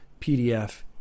PDF